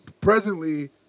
presently